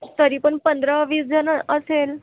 तरी पण पंधरा वीस जण असेल